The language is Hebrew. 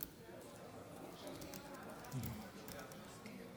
גברתי המזכירה.